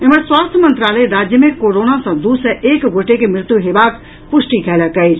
एम्हर स्वास्थ्य मंत्रालय राज्य मे कोरोना सँ दू सय एक गोटे के मृत्यु हेबाक पुष्टि कयलक अछि